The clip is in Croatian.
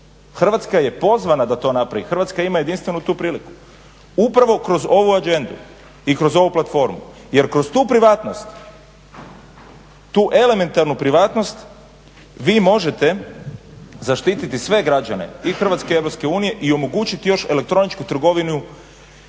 Hrvatska je pozvana da to napravi, Hrvatska ima jedinstveno tu priliku. Upravo kroz ovu agendu i kroz ovu platformu jer kroz tu privatnost, tu elementarnu privatnost vi možete zaštiti sve građane i Hrvatske EU i omogućiti još elektroničku trgovinu